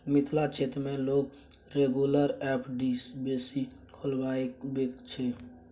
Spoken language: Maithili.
मिथिला क्षेत्र मे लोक रेगुलर एफ.डी बेसी खोलबाबै छै